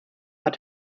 hat